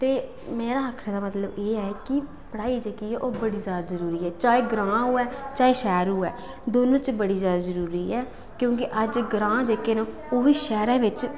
ते मेरा आखने दा मतलब एह् ऐ कि पढ़ाई जेह्की ऐ ओह् बड़ी जादा जरूरी ऐ भाऐं ग्रांऽ होऐ चाहे शैह्र होऐ दौनें च बड़ी जादै जरूरी ऐ क्योंकि अज्ज ग्रांऽ जेह्के न ओह्बी शैह्रें बिच